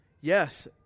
Yes